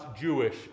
Jewish